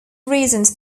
reasons